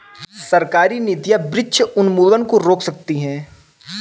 सरकारी नीतियां वृक्ष उन्मूलन को रोक सकती है